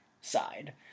side